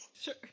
Sure